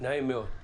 נעים מאוד.